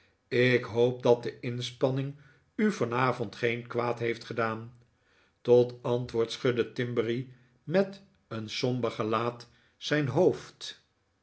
ik hoop dat de inspanning u vanavond geen kwaad heeft gedaan tot antwoord schudde timberry met een somber gelaat zijn hoofd